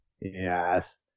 Yes